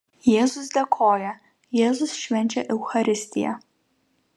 jėzus dėkoja jėzus švenčia eucharistiją